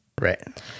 right